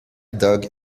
dog